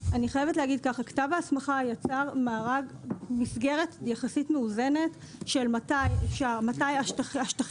כתב ההסמכה יצר מארג של מסגרת יחסית מאוזנת מתי השטחים